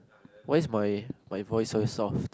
why is my my voice so soft